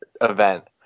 event